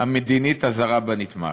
המדינית הזרה בנתמך".